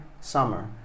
summer